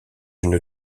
une